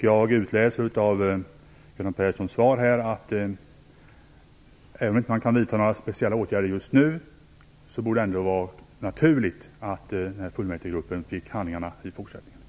Jag utläser av Göran Perssons svar att även om man inte kan vidta några speciella åtgärder just nu, borde det vara naturligt att den här fullmäktigegruppen fick handlingarna i fortsättningen.